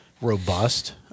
robust